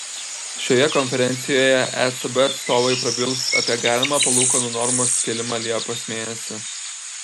šioje konferencijoje ecb atstovai prabils apie galimą palūkanų normos kėlimą liepos mėnesį